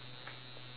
ya